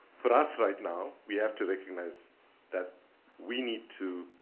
for us right now, we have to recognize that we need to,